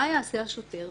מה יעשה השוטר?